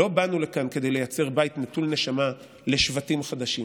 לא באנו לכאן כדי לייצר בית נטול נשמה לשבטים חדשים